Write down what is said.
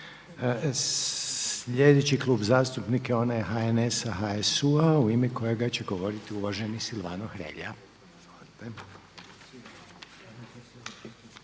Sljedeći klub zastupnika je onaj HNS-a, HSU-a u ime kojega će govoriti uvaženi Silvano Hrelja.